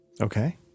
Okay